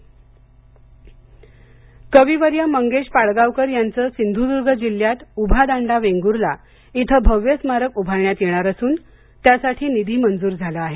सिंधुदुर्ग कविवर्य मंगेश पाडगांवकर यांच सिंधूदर्ग जिल्ह्यात उभादांडा वेंगुर्ला इथं भव्य स्मारक उभारण्यात येणार असून या स्मारकासाठी निधी मंजूर झाला आहे